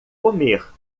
comer